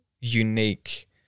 unique